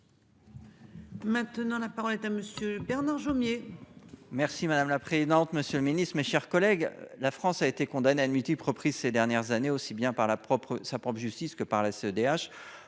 tenue. La parole est à M. Bernard Jomier. Madame la présidente, monsieur le ministre, mes chers collègues, la France a été condamnée à de multiples reprises ces dernières années, aussi bien par sa propre justice que par la CEDH,